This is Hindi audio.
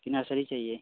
कि नर्सरी चाहिए